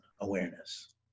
awareness